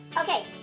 Okay